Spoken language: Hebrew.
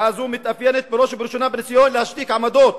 פגיעה זו מתאפיינת בראש ובראשונה בניסיון להשתיק עמדות,